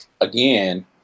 again